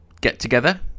get-together